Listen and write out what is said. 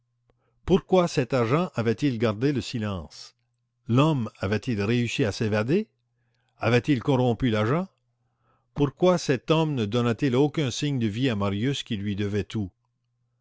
pourquoi cet agent avait-il gardé le silence l'homme avait-il réussi à s'évader avait-il corrompu l'agent pourquoi cet homme ne donnait-il aucun signe de vie à marius qui lui devait tout